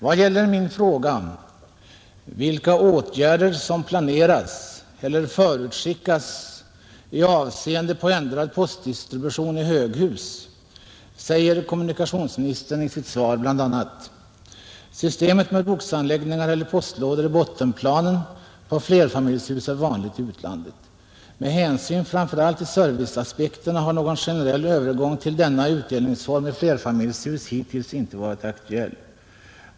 Vad gäller min fråga vilka åtgärder som planeras eller förutskickas i avseende på ändrad postdistribution i höghus, säger kommunikationsministern i sitt svar bl.a.: ”Systemet med boxanläggningar eller postlådor i bottenplanen på flerfamiljshus är vanligt i utlandet. ——— Med hänsyn framför allt till serviceaspekterna har någon generell övergång till denna utdelningsform i flerfamiljshus hittills inte varit aktuell.